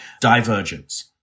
divergence